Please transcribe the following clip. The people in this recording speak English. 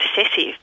obsessive